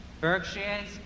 Berkshire's